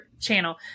channel